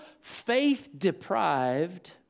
faith-deprived